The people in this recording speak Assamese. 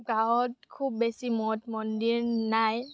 গাঁৱত খুব বেছি মঠ মন্দিৰ নাই